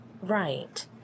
Right